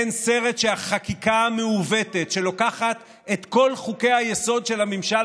אין סרט שהחקיקה המעוותת שלוקחת את כל חוקי-היסוד של הממשל